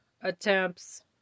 attempts